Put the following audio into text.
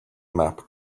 map